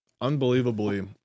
Unbelievably